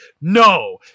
No